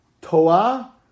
Toa